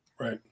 Right